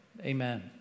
amen